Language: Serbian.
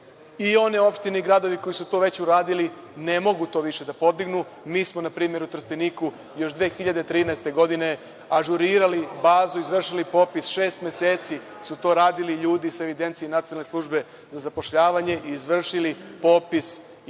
One opštine i gradovi koji su to već uradili ne mogu to više da podignu. Mi smo, na primer u Trsteniku još 2013. godine ažurirali bazu, izvršili popis, šest meseci su to radili ljudi iz Nacionalne službe za zapošljavanje i izvršili popis